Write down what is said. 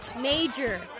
Major